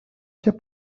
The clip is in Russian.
тебя